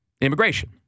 immigration